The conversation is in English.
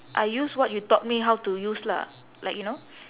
I use what you taught me how to use lah like you know